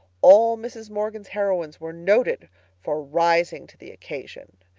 all mrs. morgan's heroines were noted for rising to the occasion.